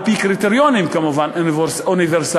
כמובן על-פי קריטריונים אוניברסליים,